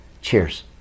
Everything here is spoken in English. Cheers